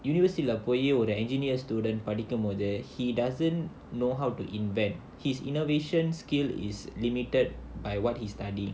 university lah four year engineer student படிக்கும் போது:padikum pothu he doesn't know how to invent his innovation skill is limited by what he study